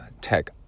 tech